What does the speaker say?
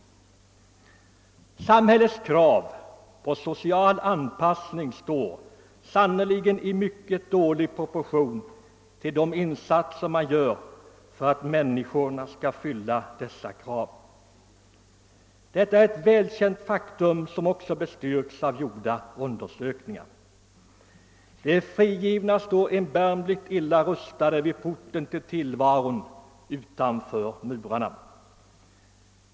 Samhällets krav på social anpassning står sannerligen i mycket dålig proportion till de insatser man gör för att människorna skall kunna fylla dessa krav. Detta är ett välkänt faktum som också bestyrkts av gjorda undersökningar. De frigivna står erbarmligt illa rustade vid porten till tillvaron utanför murarna.